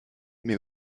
mais